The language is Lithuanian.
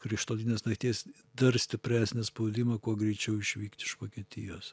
krištolinės nakties dar stipresnį spaudimą kuo greičiau išvykt iš vokietijos